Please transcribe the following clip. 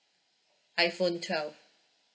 iPhone twelve